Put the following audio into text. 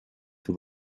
for